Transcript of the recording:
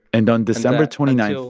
and on december twenty nine,